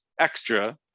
extra